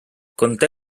conté